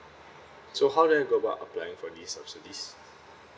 so how do I go about applying for these subsidies